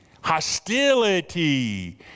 hostility